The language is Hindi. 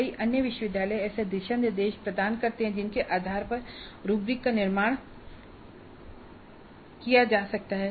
कई अन्य विश्वविद्यालय ऐसे दिशानिर्देश प्रदान करते हैं जिनके आधार पर रूब्रिक का निर्माण किया जा सकता है